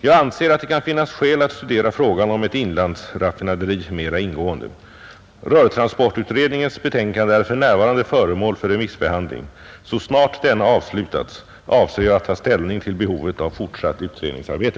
Jag anser att det kan finnas skäl att studera frågan om ett inlandsraffinaderi mera ingående. Rörtransportutredningens betänkande är för närvarande föremål för remissbehandling. Så snart denna avslutats avser jag att ta ställning till behovet av fortsatt utredningsarbete.